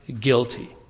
guilty